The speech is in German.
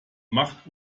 macht